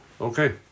Okay